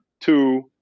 Two